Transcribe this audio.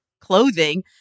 clothing